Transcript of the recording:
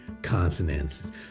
consonants